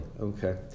okay